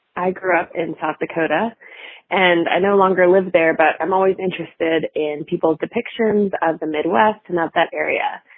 i grew up in south dakota and i no longer live there. but i'm always interested in people's depictions of the midwest and in that area.